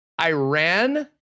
Iran